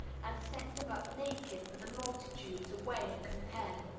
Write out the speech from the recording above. and set them up naked for the multitude to weigh and compare.